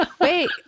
Wait